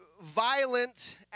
violent